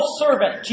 servant